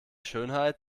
schönheit